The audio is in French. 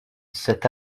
cet